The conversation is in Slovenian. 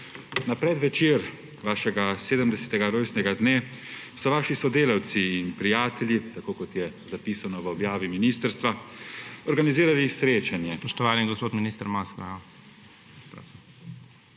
Na predvečer vašega 70. rojstnega dne so vaši sodelavci in prijatelji, tako kot je zapisano v objavi ministrstva, organizirali srečanje